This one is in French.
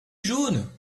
jaune